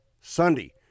Sunday